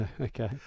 Okay